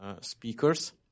speakers